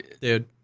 dude